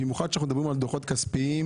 במיוחד כשאנחנו מדברים על דוחות כספיים.